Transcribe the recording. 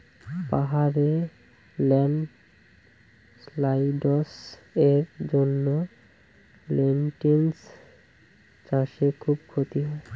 পাহাড়ে ল্যান্ডস্লাইডস্ এর জন্য লেনটিল্স চাষে খুব ক্ষতি হয়